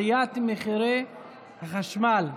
בנושא: עליית מחירי החשמל,